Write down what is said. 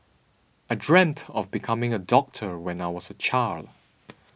I dreamt of becoming a doctor when I was a child